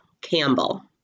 Campbell